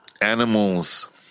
animals